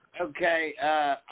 Okay